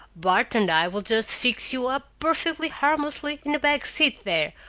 bart and i will just fix you up perfectly harmlessly in the back seat there,